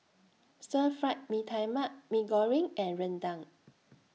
Stir Fry Mee Tai Mak Mee Goreng and Rendang